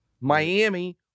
Miami